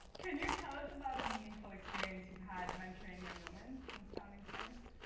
can you tell us about a meaningful experience you've had mentoring young women since founding spanx?